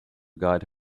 guide